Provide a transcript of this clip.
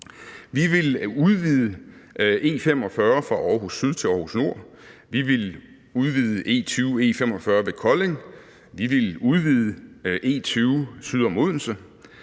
Vi ville udvide E45 fra Aarhus Syd til Aarhus Nord. Vi ville udvide E20/E45 ved Kolding. Vi ville udvide E20 syd om Odense.